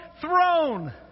throne